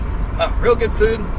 ah real good food